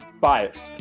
biased